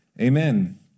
Amen